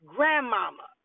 Grandmama